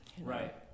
Right